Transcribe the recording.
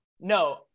No